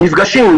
נפגשים,